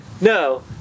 No